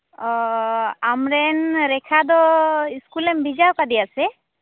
ᱚᱻ ᱟᱢ ᱨᱮᱱ ᱨᱮᱠᱷᱟ ᱫᱚ ᱤᱥᱠᱩᱞᱮᱢ ᱵᱷᱮᱡᱟᱣᱟᱠᱟᱫᱮᱭᱟ ᱥᱮ